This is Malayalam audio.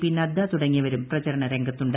പി നദ്ദ തുടങ്ങിയവരും പ്രചരണ രംഗത്തുണ്ട്